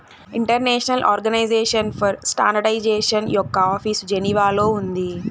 international organization for standardization యొక్క office జెనీవాలో ఉంది